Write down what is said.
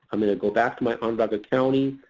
i'm going to go back to my onondaga county,